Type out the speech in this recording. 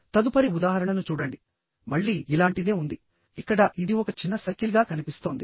తదుపరి ఉదాహరణను చూడండి మళ్ళీ ఇలాంటిదే ఉందిఇక్కడ ఇది ఒక చిన్న సర్కిల్ గా కనిపిస్తోంది